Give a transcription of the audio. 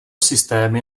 systémy